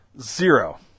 Zero